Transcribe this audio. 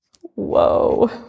Whoa